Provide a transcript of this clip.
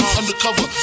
undercover